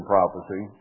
Prophecy